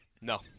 No